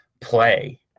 play